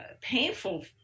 painful